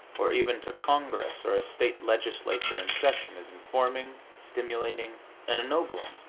or even to congress or a state legislature in session, is informing, stimulating and ennobling.